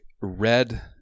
red